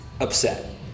upset